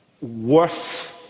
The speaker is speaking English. worth